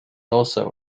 also